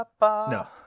No